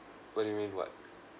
what do you mean what